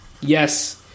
Yes